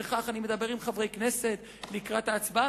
אני מדבר עם חברי כנסת לקראת ההצבעה,